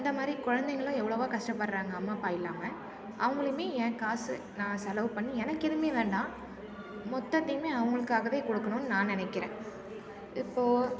அந்தமாதிரி குழந்தைங்களும் எவ்வளோவோ கஷ்டப்படுறாங்க அம்மா அப்பா இல்லாமல் அவங்களையுமே ஏ காசு நான் செலவு பண்ணி எனக்கெதுமே வேண்டாம் மொத்தத்தையுமே அவங்களுக்காகவே கொடுக்கணும் நான் நினைக்கிறேன் இப்போது